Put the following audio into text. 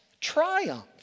triumph